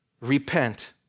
Repent